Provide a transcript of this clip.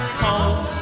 home